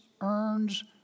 earns